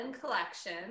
Collection